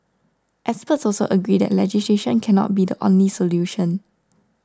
experts also agree that legislation cannot be the only solution